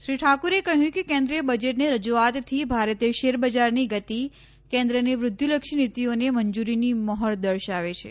શ્રી ઠાકુરે કહ્યું કે કેન્દ્રિય બજેટની રજૂઆતથી ભારતીય શેરબજારની ગતિ કેન્દ્રની વૃદ્ધિલક્ષી નીતિઓને મંજૂરીની મહોર દર્શાવે છે